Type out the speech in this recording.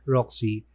Roxy